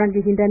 தொடங்குகின்றன